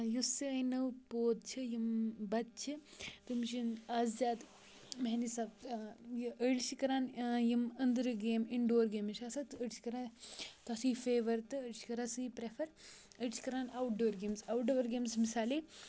یُس سٲنۍ نٔو پوٗد چھِ یِم بَچہِ چھِ تٔمِس چھُنہٕ آز زیادٕ میانہِ حِساب یہِ أڑۍ چھِ کَران یِم أنٛدرٕ گیمہٕ اِنڈور گیمٕز چھِ آسان تہٕ أڑۍ چھِ کَران تَتھی فٮ۪ور تہٕ أڑۍ چھِ کَران سُے پرٛٮ۪فَر أڑۍ چھِ کَران outdoor games outdoor games مِثالے